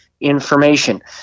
information